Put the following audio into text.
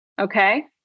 Okay